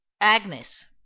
Agnes